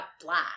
black